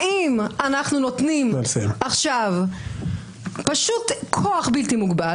האם אנחנו נותנים עכשיו כוח בלתי מוגבל